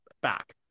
back